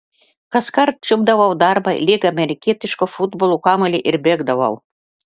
kaskart čiupdavau darbą lyg amerikietiško futbolo kamuolį ir bėgdavau